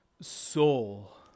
soul